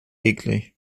eklig